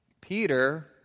Peter